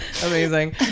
Amazing